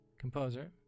composer